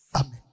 Amen